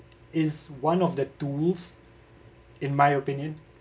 is one of the tools in my opinion